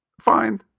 fine